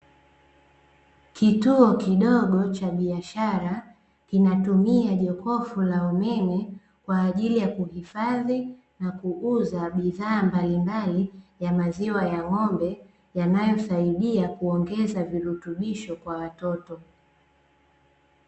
Kituo kidogo cha biashara, kinatumia jokofu la umeme kwa ajili ya kuhifadhi na kuuza bidhaa mbalimbali ya maziwa ya ng'ombe, yanayosaidia kuongeza virutubisho kwa watoto.